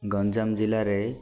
ଗଞ୍ଜାମ ଜିଲ୍ଲାରେ